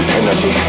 energy